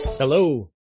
Hello